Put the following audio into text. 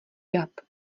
dat